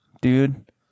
dude